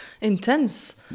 Intense